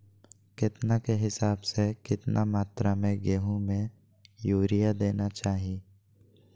केतना के हिसाब से, कितना मात्रा में गेहूं में यूरिया देना चाही?